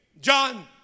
John